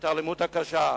את האלימות הקשה.